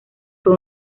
fue